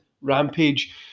Rampage